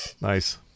Nice